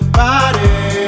body